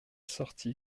sorti